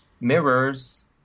mirrors